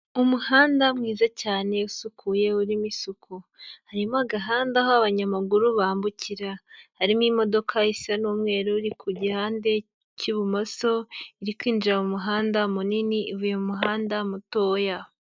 Umuhanda mwiza cyane usukuye urimo isuku, harimo agahanda aho abanyamaguru bambukira, harimo imodoka isa n'umweru iri ku gihande cy'ibumoso, iri kwinjira mu muhanda munini ivuye mu muhanda mutoya.